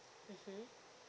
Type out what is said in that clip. mmhmm